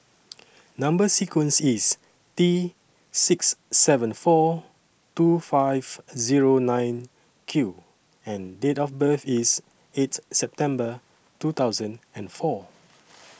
Number sequence IS T six seven four two five Zero nine Q and Date of birth IS eighth September two thousand and four